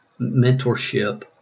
mentorship